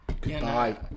Goodbye